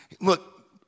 look